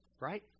Right